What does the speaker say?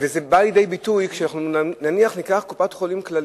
זה בא לידי ביטוי נניח קופת-חולים "כללית"